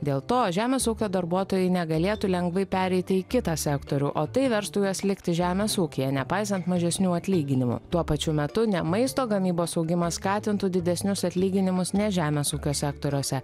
dėl to žemės ūkio darbuotojai negalėtų lengvai pereiti į kitą sektorių o tai verstų juos likti žemės ūkyje nepaisant mažesnių atlyginimų tuo pačiu metu ne maisto gamybos augimas skatintų didesnius atlyginimus ne žemės ūkio sektoriuose